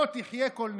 לא תחיה כל נשמה.